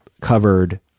covered